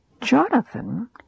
Jonathan